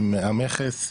עם המכס,